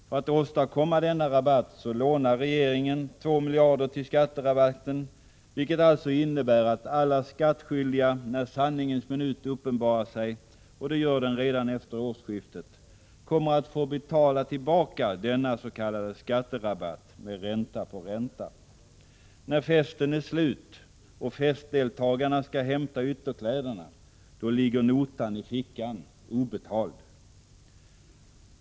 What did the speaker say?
För att åstadkomma denna skatterabatt lånar regeringen 2 miljarder, vilket alltså innebär att alla skattskyldiga när sanningens minut kommer — och det gör den redan efter årsskiftet — får betala tillbaka denna s.k. skatterabatt med ränta på ränta. När festen är slut och festdeltagarna skall hämta ytterkläderna, då ligger notan i fickan — obetald.